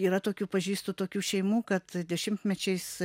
yra tokių pažįstu tokių šeimų kad dešimtmečiais